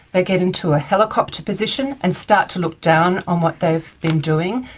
they get into a helicopter position and start to look down on what they've been doing,